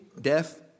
death